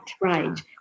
right